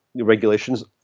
regulations